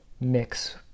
mix